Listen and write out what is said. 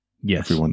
Yes